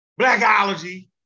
Blackology